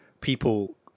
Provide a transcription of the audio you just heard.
people